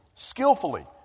skillfully